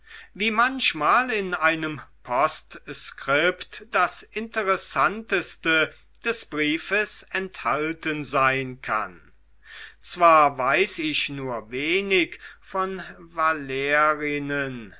wie manchmal in einem postskript das interessanteste des briefes enthalten sein kann zwar weiß ich nur wenig von